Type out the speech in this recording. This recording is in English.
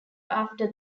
after